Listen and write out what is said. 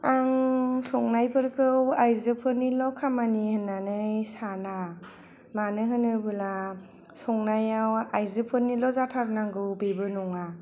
आं संनायफोरखौ आयजोफोरनिल' खामानि होननानै साना मानो होनोब्ला संनायाव आयजोफोरनिल' जाथारनांगौ बेबो नङा